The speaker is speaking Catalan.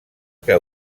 que